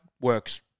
works